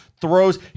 throws